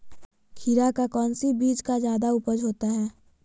खीरा का कौन सी बीज का जयादा उपज होती है?